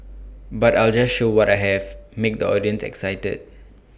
but I'll just show what I have make the audience excited